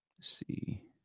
see